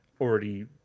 already